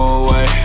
away